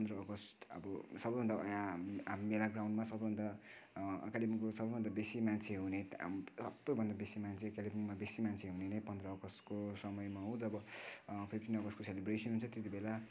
पन्ध्र अगस्त अब सबैभन्दा यहाँ मेला ग्राउन्डमा सबैभन्दा कालेबुङको सबैभन्दा बेसी मान्छे हुने सबैभन्दा बेसी मान्छे कालेबुङमा बेसी मान्छे हुने नै पन्ध्र अगस्तको समयमा हो जब फिफ्टिन अगस्तको सेलिब्रेसन हुन्छ त्यतिबेला